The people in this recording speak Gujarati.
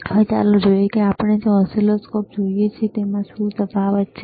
હવે ચાલો જોઈએ કે આપણે અહીં જે ઓસિલોસ્કોપ જોઈએ છીએ તેમાં શું તફાવત છે